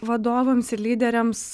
vadovams ir lyderiams